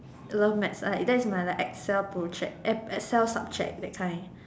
love maths I that is my like Excel project eh Excel subject that kind